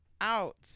out